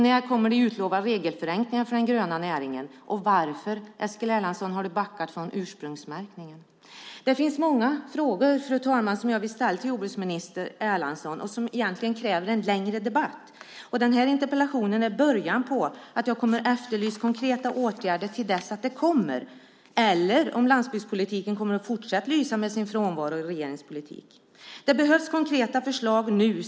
När kommer de utlovade regelförenklingarna för den gröna näringen, och varför, Eskil Erlandsson, har du backat från ursprungsmärkningen? Det finns många frågor som jag vill ställa till jordbruksminister Erlandsson och som egentligen kräver en längre debatt. Denna interpellation är en början på att jag kommer att efterlysa konkreta åtgärder till dess att de kommer eller om landsbygdspolitiken kommer att fortsätta att lysa med sin frånvaro i regeringens politik. Det behövs konkreta förslag nu.